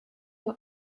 you